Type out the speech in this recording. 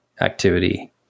activity